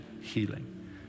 healing